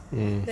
mm